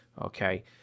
okay